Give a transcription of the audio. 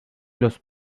los